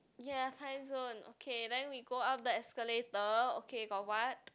ya Time Zone okay then we go up the escalator okay got what